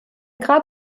grab